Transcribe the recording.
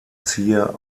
zier